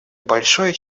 большое